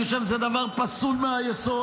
אני חושב שזה דבר פסול מהיסוד.